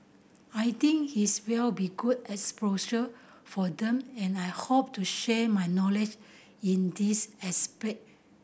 I think his will be good exposure for them and I hope to share my knowledge in these aspect